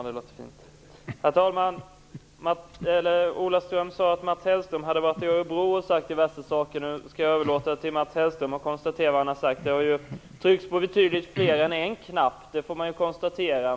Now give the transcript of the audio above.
Herr talman! Ola Ström sade att Mats Hellström hade varit i Örebro och där sagt diverse saker. Jag skall överlåta till Mats Hellström att konstatera vad han har sagt. Det har ju tryckts på betydligt fler än en knapp.